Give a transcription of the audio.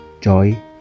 joy